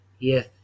Yes